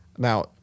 Now